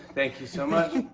thank you so much.